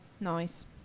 Nice